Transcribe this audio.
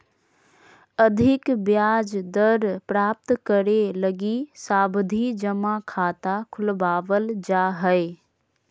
अधिक ब्याज दर प्राप्त करे लगी सावधि जमा खाता खुलवावल जा हय